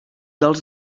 dels